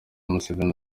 museveni